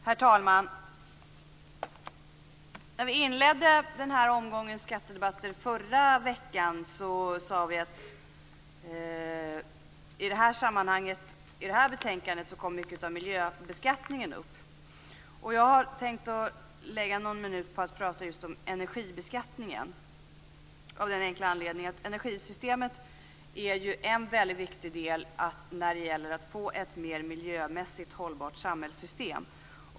Herr talman! När vi inledde den här omgångens skattedebatter förra veckan sade vi att mycket av miljösbeskattningen skulle komma upp i det här betänkandet. Jag har tänkt att tala just om energibeskattningen, av den enkla anledningen att energisystemet är en väldigt viktig del när det gäller att få ett mer miljömässigt hållbart samhällssystem.